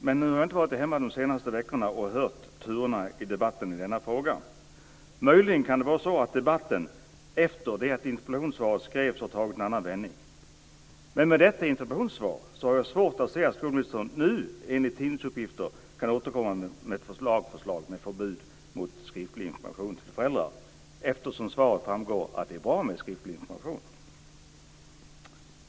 Men nu har jag inte varit hemma under de senaste veckorna och hört turerna i debatten i denna fråga. Möjligen kan det vara så att debatten efter det att interpellationssvaret skrevs har tagit en annan vändning. Men med detta interpellationssvar har jag svårt att se att skolministern nu enligt tidningsuppgifter kan återkomma med ett lagförslag om förbud mot skriftlig information till föräldrarna, eftersom det av svaret framgår att det är bra med skriftlig information.